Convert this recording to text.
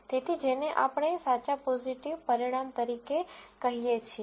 તેથી જેને આપણે સાચા પોઝીટિવ પરિણામ તરીકે કહીએ છીએ